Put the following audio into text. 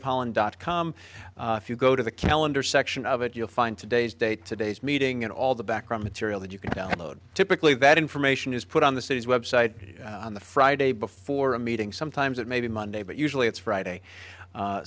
of holland dot com if you go to the calendar section of it you'll find today's date today's meeting and all the background material that you can download typically that information is put on the city's website on the friday before a meeting sometimes it may be monday but usually it's friday